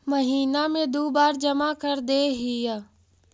महिना मे दु बार जमा करदेहिय?